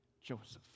Joseph